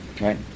right